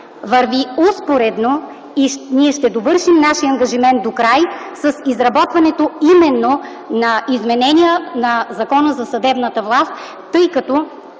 върви успоредно и ние ще довършим докрай нашия ангажимент с изработването именно на изменения на Закона за съдебната власт, тъй като,